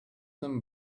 them